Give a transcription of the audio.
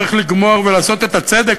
צריך לגמור ולעשות את הצדק,